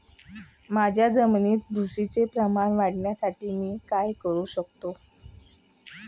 माझ्या जमिनीत बुरशीचे प्रमाण वाढवण्यासाठी मी काय करू शकतो?